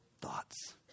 thoughts